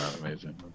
amazing